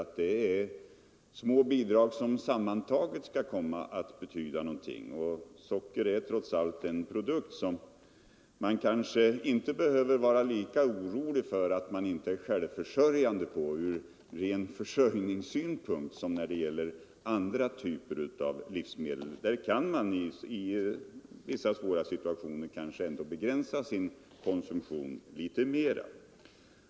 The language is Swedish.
Men det är alla dessa små bidrag som sammantagna kan betyda något. Och socker är ju en produkt som man kanske från ren försörjningssynpunkt inte behöver vara lika orolig för att man inte är självförsörjande på som när det gäller andra typer av livsmedel. För sockret gäller ju att man i vissa svåra situationer möjligen kan begränsa sin konsumtion litet mera.